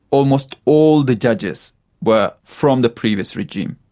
almost all the judges were from the previous regime.